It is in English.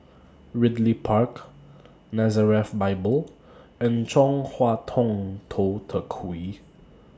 Ridley Park Nazareth Bible and Chong Hua Tong Tou Teck Hwee